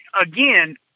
again